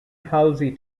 halsey